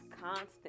constant